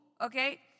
okay